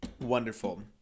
Wonderful